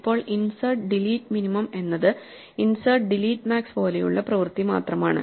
ഇപ്പോൾ insert delete minimum എന്നത് insert delete max പോലെയുള്ള പ്രവൃത്തിമാത്രമാണ്